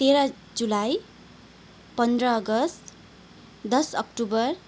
तेह्र जुलाई पन्ध्र अगस्त दस अक्टोबर